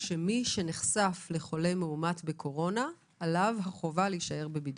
שמי שנחשף לחולה מאומת לקורונה עליו החובה להישאר בבידוד,